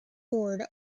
board